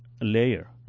layer